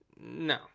no